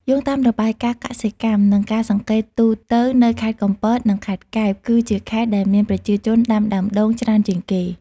យោងតាមរបាយការណ៍កសិកម្ម និងការសង្កេតទូទៅនៅខេត្តកំពត និងខេត្តកែប គឺជាខេត្តដែលមានប្រជាជនដាំដើមដូងច្រើនជាងគេ។